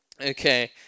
Okay